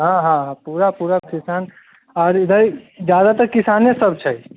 हँ हँ पूरा पूरा किसान आओर इधर ज्यादातर किसानेसभ छै